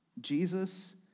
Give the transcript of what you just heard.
Jesus